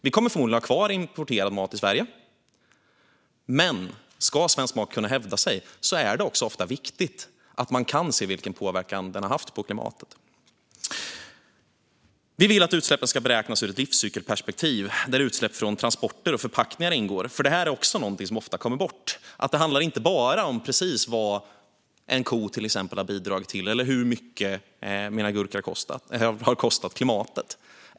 Vi kommer förmodligen att ha kvar importerad mat i Sverige, men om svensk mat ska kunna hävda sig är det viktigt att man kan se vilken påverkan den har haft på klimatet. Vi vill att utsläppen ska beräknas ur ett livscykelperspektiv där utsläpp från transporter och förpackningar ingår, för detta är något som ofta kommer bort. Det handlar inte bara om vad exempelvis en ko har bidragit till eller hur mycket mina gurkor har kostat klimatet.